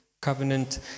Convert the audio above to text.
covenant